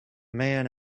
man